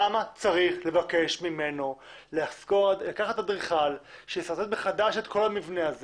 למה צריך לבקש ממנו לקחת אדריכל שישרטט מחדש את כל המבנה הזה?